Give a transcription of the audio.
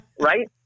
right